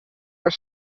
are